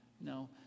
No